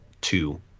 two